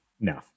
No